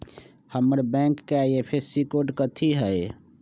हमर बैंक के IFSC code कथि हई?